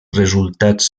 resultats